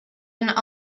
and